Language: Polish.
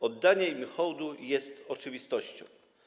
Oddanie im hołdu jest oczywistością.